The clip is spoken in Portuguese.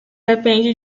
depende